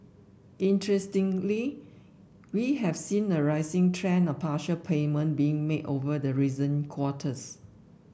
interestingly we have seen a rising trend of partial payment being made over the recent quarters